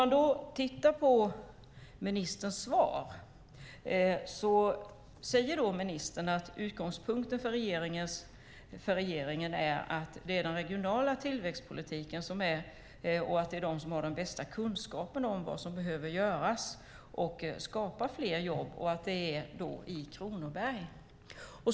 I sitt svar säger ministern att utgångspunkten för den regionala tillväxtpolitiken är att man i regionen har den bästa kunskapen om vad som behöver göras för att skapa fler jobb i Kronoberg.